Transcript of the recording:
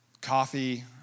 Coffee